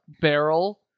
barrel